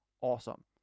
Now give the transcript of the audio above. awesome